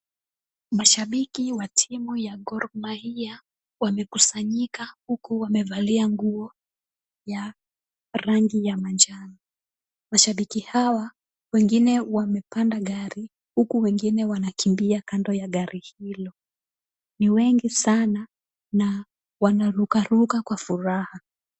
Mashabiki wa timu ya Gor mahia wamekusanyika huku wamevalia nguo ya rangi ya manjano. Mashabiki hawa wengine wamepanda gari huku wengine wanakimbia kando ya gari hilo, ni wengi sana na wanarukaruka kwa furaha.